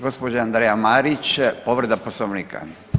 Gospođa Andreja Marić, povreda Poslovnika.